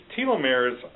telomeres